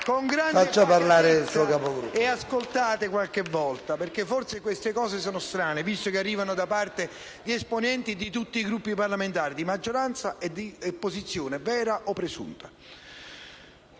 Faccia parlare il suo Capogruppo,